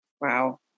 Wow